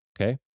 Okay